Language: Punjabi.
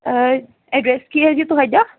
ਐਡਰੈਸ ਕੀ ਹੈ ਜੀ ਤੁਹਾਡਾ